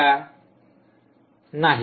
विद्यार्थी नाही